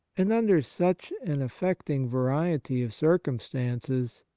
and under such an affecting variety of circumstances,